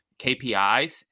KPIs